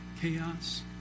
Chaos